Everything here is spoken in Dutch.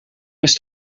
wist